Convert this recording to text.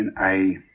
and i